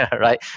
right